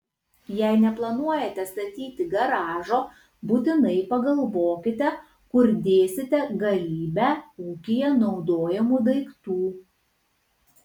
jei neplanuojate statyti garažo būtinai pagalvokite kur dėsite galybę ūkyje naudojamų daiktų